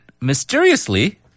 mysteriously